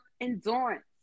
endurance